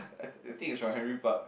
I I think is from Henry Park